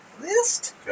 list